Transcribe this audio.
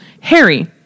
Harry